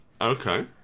Okay